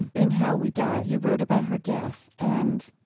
and in how we die. you wrote about her death, and,